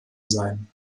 sein